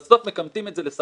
ובאמת זה לא